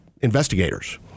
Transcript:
investigators